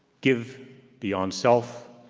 give beyond self,